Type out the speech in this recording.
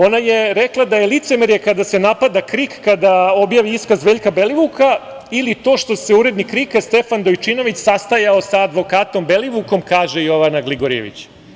Ona je rekla – licemerje je kada se napada KRIK, kada objavi iskav Veljka Belivuka ili to što se urednik KRIK-a Stefan Dojčinović sastajao sa advokatom Belivukom, kaže Jovana Gligorijević.